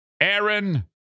Aaron